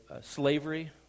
slavery